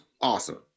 awesome